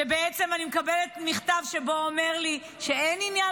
כשבעצם אני מקבלת מכתב שאומר לי שאין עניין